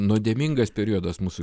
nuodėmingas periodas mūsų